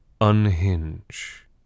unhinge